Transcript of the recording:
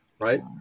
right